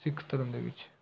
ਸਿੱਖ ਧਰਮ ਦੇ ਵਿੱਚ